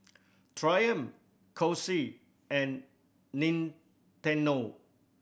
Triumph Kose and Nintendo